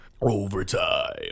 Overtime